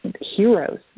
heroes